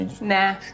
Nah